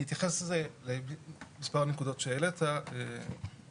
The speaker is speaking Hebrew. אני אתייחס למספר נקודות שהעלית ואם